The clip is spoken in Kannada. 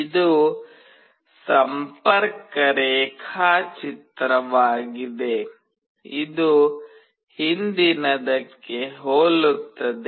ಇದು ಸಂಪರ್ಕ ರೇಖಾಚಿತ್ರವಾಗಿದೆ ಇದು ಹಿಂದಿನದಕ್ಕೆ ಹೋಲುತ್ತದೆ